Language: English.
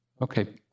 Okay